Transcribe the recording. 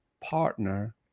partner